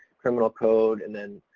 criminal code, and then,